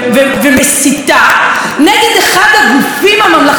נגד אחד הגופים הממלכתיים של מדינת ישראל.